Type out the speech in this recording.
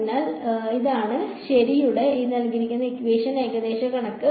അതിനാൽ ഇതാണ് ശരിയുടെ ഏകദേശ കണക്ക്